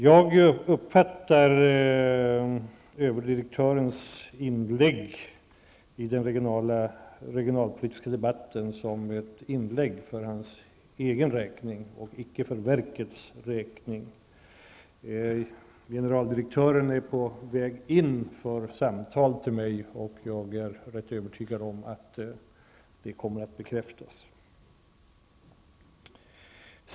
Jag uppfattar överdirektörens inlägg i den regionalpolitiska debatten som ett inlägg för egen räkning och icke för verkets räkning. Generaldirektören är på väg till mig för samtal, och jag är helt övertygad om att detta då kommer att bekräftas.